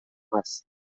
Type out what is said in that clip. هست